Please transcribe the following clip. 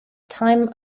time